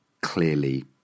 clearly